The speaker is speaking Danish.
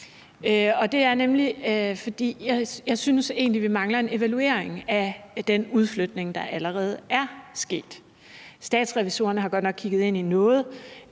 synes, vi mangler en evaluering af den udflytning, der allerede er sket. Statsrevisorerne har godt nok kigget på noget,